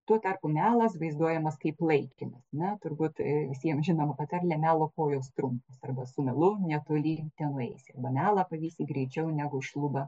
tuo tarpu melas vaizduojamas kaip laikina na turbūt visiem žinoma patarlė melo kojos trumpos arba su melu netoli tenueisi arba melą pavysi greičiau negu šlubą